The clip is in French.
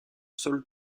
sol